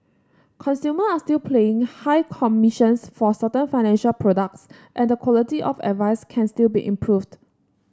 consumers are still paying high commissions for certain financial products and the quality of advice can still be improved